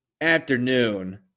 afternoon